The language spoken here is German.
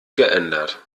geändert